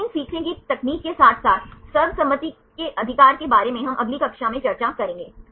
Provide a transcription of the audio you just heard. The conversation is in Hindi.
मशीन सीखने की तकनीक के साथ साथ सर्वसम्मति के अधिकार के बारे में हम अगली कक्षा में चर्चा करेंगे